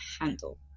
handle